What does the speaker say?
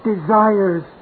desires